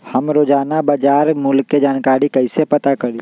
हम रोजाना बाजार मूल्य के जानकारी कईसे पता करी?